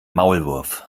maulwurf